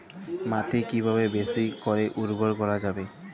মাটি কিভাবে বেশী করে উর্বর করা যাবে?